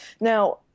Now